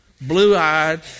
blue-eyed